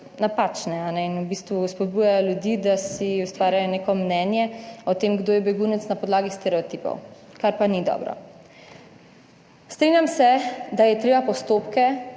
napačne in v bistvu spodbuja ljudi, da si ustvarjajo neko mnenje o tem, kdo je begunec, na podlagi stereotipov, kar pa ni dobro. Strinjam se, da je treba postopke